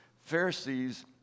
Pharisees